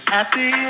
Happy